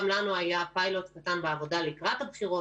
גם לנו היה פיילוט קטן בעבודה לקראת הבחירות.